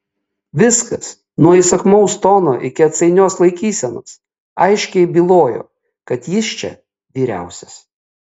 viskas nuo įsakmaus tono iki atsainios laikysenos aiškiai bylojo kad jis čia vyriausias